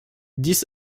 dix